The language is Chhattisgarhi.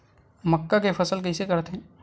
मक्का के फसल कइसे करथे?